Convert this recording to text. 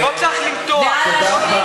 לא צריך למתוח, לא צריך למתוח.